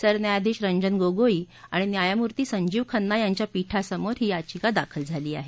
सरन्यायाधीश रंजन गोगोई आणि न्यायमूर्ती संजीव खन्ना यांच्या पीठा समोर ही याचिका दाखल झाली आहे